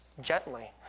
gently